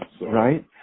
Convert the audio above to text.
right